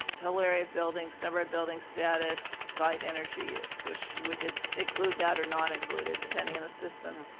total area of buildings, number of buildings, status, site energy use, which we could include that or not include it, depending on the system.